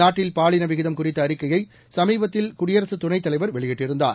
நாட்டில் பாலின விகிதம் குறித்த அறிக்கையை சமீபத்தில் குடியரசு துணை தலைவர் வெளியிட்டிருந்தார்